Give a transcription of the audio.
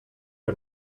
que